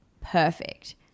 perfect